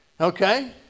okay